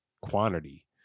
quantity